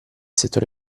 settore